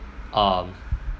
um